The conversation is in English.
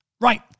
Right